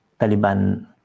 Taliban